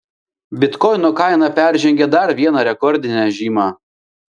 bitkoino kaina peržengė dar vieną rekordinę žymą